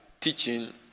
teaching